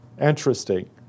interesting